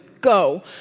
go